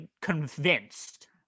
convinced